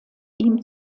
ihm